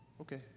okay